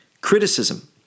Criticism